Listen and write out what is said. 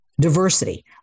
Diversity